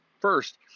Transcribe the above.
First